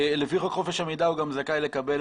לפי חוק חופש המידע הוא גם זכאי לקבל